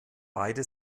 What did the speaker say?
beide